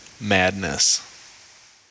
madness